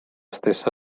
stessa